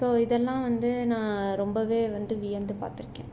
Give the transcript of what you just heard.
so இதெல்லாம் வந்து நான் ரொம்பவே வந்து வியந்து பார்த்துருக்கேன்